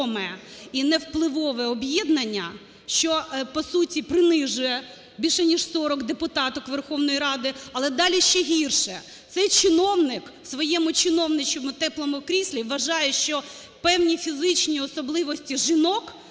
невпливове об'єднання, що по суті принижує більше ніж 40 депутаток Верховної Ради. Але далі ще гірше! Цей чиновник в своєму чиновничому теплому кріслі вважає, що певні фізичні особливості жінок